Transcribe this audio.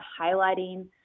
highlighting